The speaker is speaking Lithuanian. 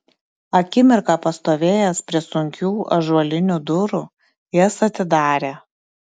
akimirką pastovėjęs prie sunkių ąžuolinių durų jas atidarė